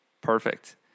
Perfect